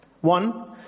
one